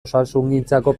osasungintzako